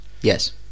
Yes